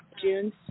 June